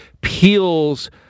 Peel's